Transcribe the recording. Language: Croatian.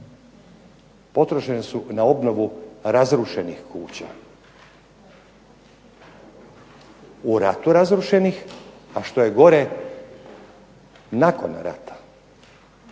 Potrošene su na obnovu razrušenih kuća. U ratu razrušenih a što je gore nakon rata.